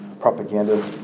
propaganda